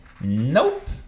nope